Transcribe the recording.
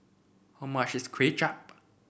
how much is Kuay Chap